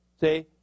See